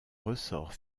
ressort